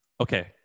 Okay